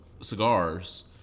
cigars